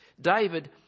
David